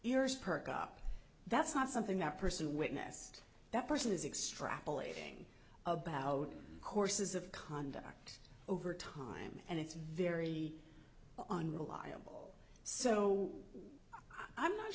ears perk up that's not something that person witnessed that person is extrapolating about courses of conduct over time and it's very unreliable so i'm not